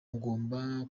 mugomba